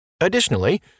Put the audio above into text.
Additionally